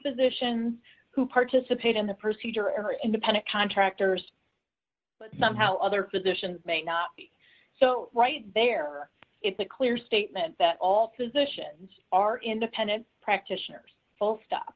physicians who participate in the procedure and are independent contractors but somehow other physicians may not be so right there it's a clear statement that all physicians are independent practitioners full stop